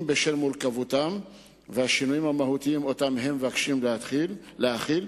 אם בשל מורכבותם והשינויים המהותיים שהם נועדו להחיל,